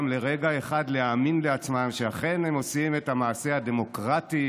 לרגע אחד להאמין לעצמם שאכן הם עושים את המעשה הדמוקרטי,